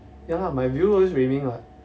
ya lah my view always wei ming [what]